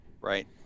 right